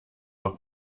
auch